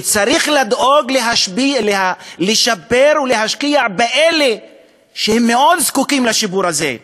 צריך לדאוג לשפר ולהשקיע באלה שזקוקים מאוד לשיפור הזה,